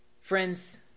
Friends